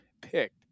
picked